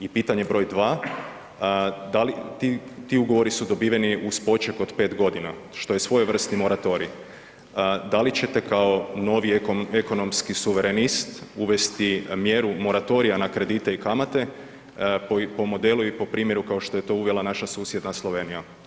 I pitanje broj dva, da li ti ugovori su dobiveni uz poček od 5 godina, što je svojevrsni moratorij, da li ćete kao novi ekonomski suverenist uvesti mjeru moratorija na kredite i kamate po modelu i po primjeru kao što je to uvela naša susjedna Slovenija?